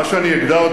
אנחנו נותנים הזדמנות